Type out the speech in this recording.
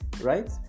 right